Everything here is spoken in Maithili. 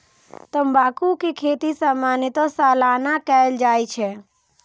तंबाकू के खेती सामान्यतः सालाना कैल जाइ छै